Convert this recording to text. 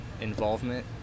involvement